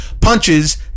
punches